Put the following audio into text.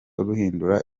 ruhindura